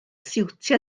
siwtio